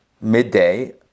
midday